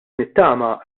nittama